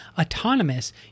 autonomous